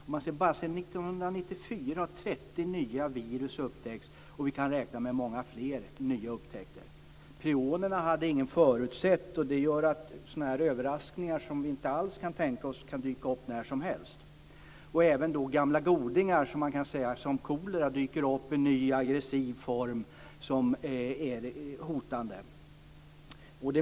Bara sedan 1994 har 30 nya virus upptäckts, och vi kan räkna med många fler nya upptäckter. Prionerna hade ingen förutsett. Sådana här överraskningar som vi inte alls kan tänka oss kan alltså dyka upp när som helst. Även "gamla godingar" som kolera dyker upp i en ny aggressiv form som är hotande.